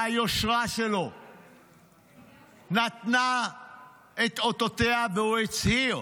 שהיושרה שלו נתנה את אותותיה והוא הצהיר,